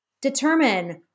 determine